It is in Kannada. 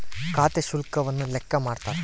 ಖಾತೆ ಶುಲ್ಕವನ್ನು ಲೆಕ್ಕ ಮಾಡ್ತಾರ